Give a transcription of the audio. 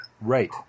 Right